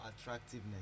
attractiveness